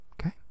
okay